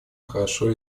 хорошо